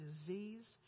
disease